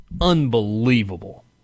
Unbelievable